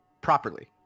properly